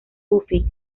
buffy